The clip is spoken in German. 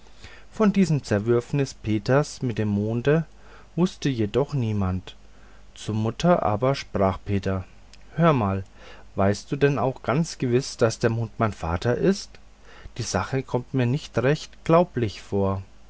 von diesem zerwürfnis peters mit dem monde wußte jedoch niemand zur mutter aber sprach peter hör mal weißt du denn auch ganz gewiß daß der mond mein vater ist die sache kommt mir nicht recht glaublich vor